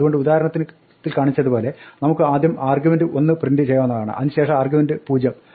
അതുകൊണ്ട് ഉദാഹരണത്തിൽ കാണിച്ചത് പോലെ നമുക്ക് ആദ്യം ആർഗ്യുമെന്റ് 1 പ്രിന്റ് ചെയ്യാവുന്നതാണ് അതിന് ശേഷം ആർഗ്യുമെന്റ് 0